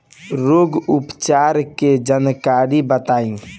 रोग उपचार के जानकारी बताई?